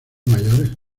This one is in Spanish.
mayores